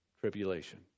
tribulation